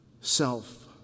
self